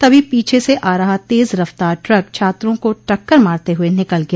तभी पीछे से आ रहा तेज रफ्तार ट्रक छात्रों को टक्कर मारते हुए निकल गया